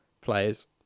players